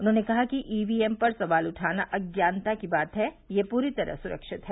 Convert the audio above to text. उन्होंने कहा कि ईवीएम पर सवाल उठाना अज्ञानता की बात है यह पूरी तरह सुरक्षित है